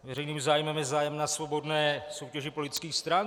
Veřejným zájmem je zájem na svobodné soutěži politických stran.